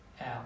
out